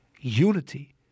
Unity